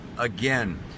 Again